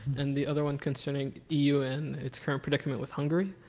and the other one concerning eu in its current predicament with hungary.